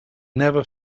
never